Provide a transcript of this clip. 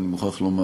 אני מוכרח לומר.